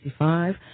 1965